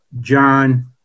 John